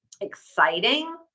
exciting